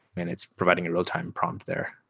and it's providing a real-time prompt there.